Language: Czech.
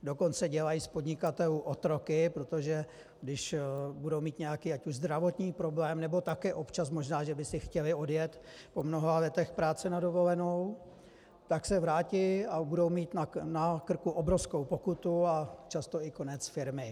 Dokonce dělají z podnikatelů otroky, protože když už budou mít nějaký ať už zdravotní problém, nebo taky občas možná že by si chtěli odjet po mnoha letech práce na dovolenou, tak se vrátí a budou mít na krku obrovskou pokutu a často i konec firmy.